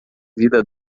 vida